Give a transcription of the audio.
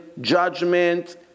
judgment